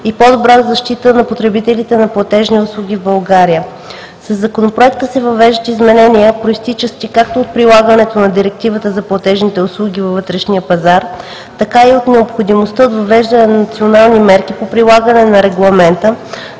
и по-добра защита на потребителите на платежни услуги в България. Със Законопроекта се въвеждат изменения, произтичащи както от прилагането на Директивата за платежните услуги във вътрешния пазар, така и от необходимостта от въвеждане на национални мерки по прилагане на Регламента